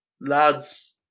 lads